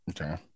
Okay